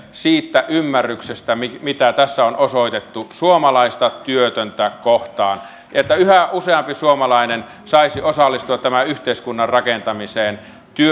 siitä ymmärryksestä mitä mitä tässä on osoitettu suomalaista työtöntä kohtaan että yhä useampi suomalainen saisi osallistua tämän yhteiskunnan rakentamiseen